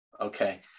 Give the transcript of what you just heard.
okay